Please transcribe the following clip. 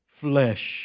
flesh